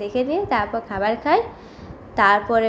দেখে নিয়ে তারপর খাবার খাই তারপরে